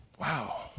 Wow